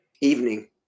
Evening